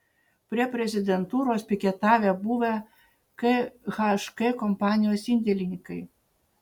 prie prezidentūros piketavę buvę khk kompanijos indėlininkai